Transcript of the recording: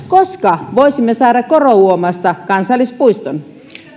koska voisimme saada korouomasta kansallispuiston